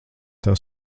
tev